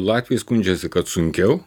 latviai skundžiasi kad sunkiau